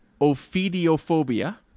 Ophidiophobia